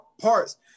parts